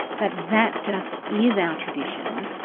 but that just is our tradition.